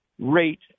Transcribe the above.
rate